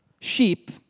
sheep